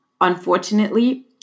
Unfortunately